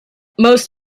most